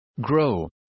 Grow